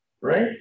right